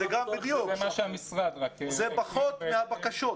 זה פחות מהבקשות.